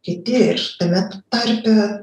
kiti ir tame tarpe